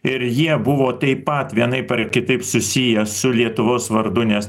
ir jie buvo taip pat vienaip ar kitaip susiję su lietuvos vardu nes